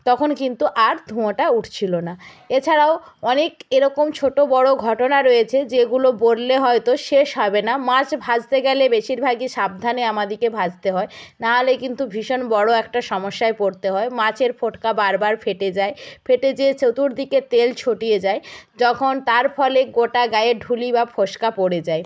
তখন কিন্তু আর ধুয়োটা উঠছিল না এছাড়াও অনেক এরকম ছোট বড় ঘটনা রয়েছে যেগুলো বললে হয়তো শেষ হবে না মাছ ভাজতে গেলে বেশিরভাগই সাবধানে আমাদেরকে ভাজতে হয় নাহলেই কিন্তু ভীষণ বড় একটা সমস্যায় পড়তে হয় মাছের পটকা বারবার ফেটে যায় ফেটে যেয়ে চতুর্দিকে তেল ছিটিয়ে যায় যখন তার ফলে গোটা গায়ে ঢুলি বা ফোস্কা পড়ে যায়